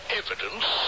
evidence